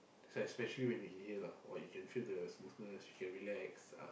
especially when you inhale ah !wah! you can feel the smoothness you can relax ah